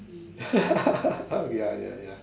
ah ya ya ya